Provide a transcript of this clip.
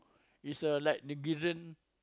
is a like Negarian